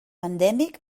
endèmic